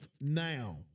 Now